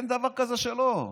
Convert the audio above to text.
אין דבר כזה שלא.